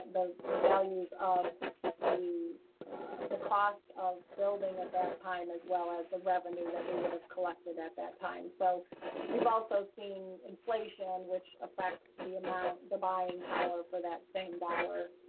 the, the values of the the cost of building at that time, as well as the revenue that we would have collected at that time. so we've also seen inflation, which affects the amount, the buying power for that same dollar